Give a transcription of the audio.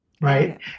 right